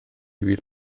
fydd